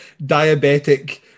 diabetic